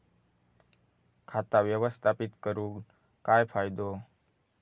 खाता व्यवस्थापित करून काय फायदो?